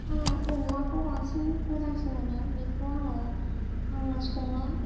आङो अनलाखौ बांसिन मोजांसिन मोनो बेखौ आङो आंनो सङो